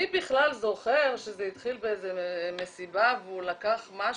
מי בכלל זוכר שזה התחיל במסיבה והוא לקח משהו.